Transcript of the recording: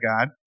God